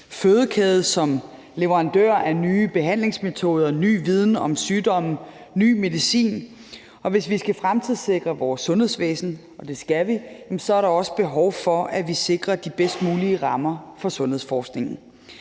fødekæde som leverandør af nye behandlingsmetoder, ny viden om sygdomme og ny medicin. Og hvis vi skal fremtidssikre vores sundhedsvæsen – og det skal vi – er der også behov for, at vi sikrer de bedst mulige rammer for sundhedsforskningen.